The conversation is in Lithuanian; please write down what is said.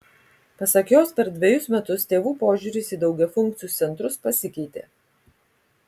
pasak jos per dvejus metus tėvų požiūris į daugiafunkcius centrus pasikeitė